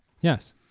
yes